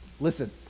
Listen